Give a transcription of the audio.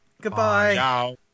Goodbye